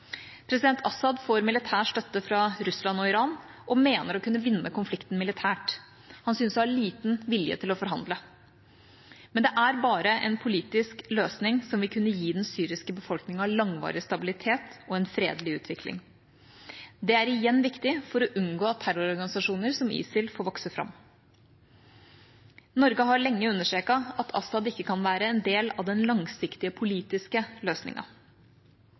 President Assad får militær støtte fra Russland og Iran og mener å kunne vinne konflikten militært. Han synes å ha liten vilje til å forhandle. Men det er bare en politisk løsning som vil kunne gi den syriske befolkningen langvarig stabilitet og en fredelig utvikling. Det er igjen viktig for å unngå at terrororganisasjoner som ISIL får vokse fram. Norge har lenge understreket at Assad ikke kan være en del av den langsiktige politiske